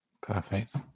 perfect